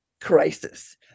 crisis